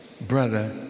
brother